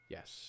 Yes